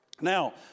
Now